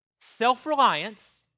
self-reliance